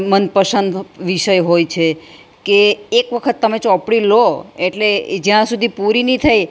મનપસંદ વિષય હોય છે કે એક વખત તમે ચોપડી લો એટલે એ જ્યાં સુધી પૂરી નહીં થાય